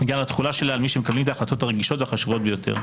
בגלל התחולה שלה על מי שמקבלים את ההחלטות הרגישות והחשובות ביותר.